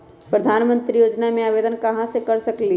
प्रधानमंत्री योजना में आवेदन कहा से कर सकेली?